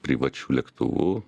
privačiu lėktuvu